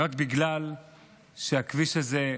רק בגלל שעומדים בכביש הזה,